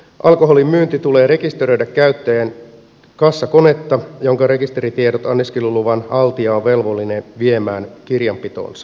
alkoholin myynti tulee rekisteröidä käyttäen kassakonetta jonka rekisteritiedot anniskeluluvan haltija on velvollinen viemään kirjanpitoonsa